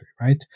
right